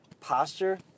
posture